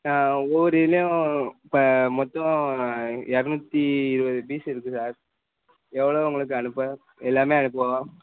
ஒவ்வொரு இதிலையும் இப்போ மொத்தம் இரநூத்தி இருபது பீஸு இருக்குது சார் எவ்வளோ உங்களுக்கு அனுப்ப எல்லாமே அனுப்புவோம்